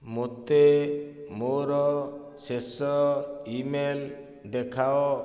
ମୋତେ ମୋର ଶେଷ ଇମେଲ୍ ଦେଖାଅ